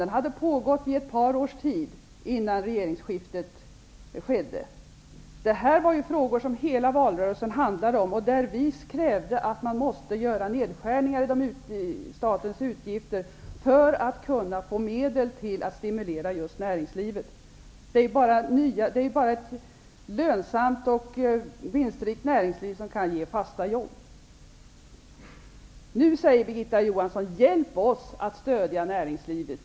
Den hade pågått i ett par års tid innan regeringsskiftet skedde. Det här var frågor som hela valrörelsen handlade om och där vi krävde att man måste göra nedskärningar i statens utgifter för att kunna få medel till att stimulera just näringslivet. Det är bara ett lönsamt och vinstrikt näringsliv som kan ge fasta jobb. Nu säger Birgitta Johansson: Hjälp oss att stödja näringslivet!